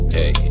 Hey